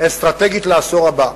אסטרטגית לעשור הבא.